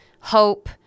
hope